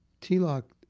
T-lock